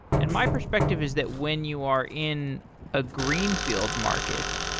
and my perspective is that when you are in a green field market,